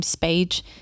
page